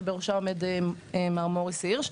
שבראשה עומד מר מוריס הירש.